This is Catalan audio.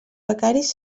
becaris